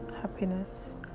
happiness